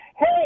Hey